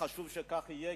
וחשוב שכך יהיה,